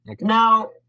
Now